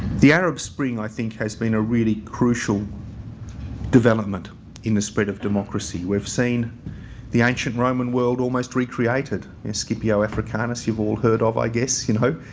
the arab spring i think has been a really crucial development in the spread of democracy. we have seen the ancient roman world almost recreated in scipio africanus you've all heard of i guess, you know.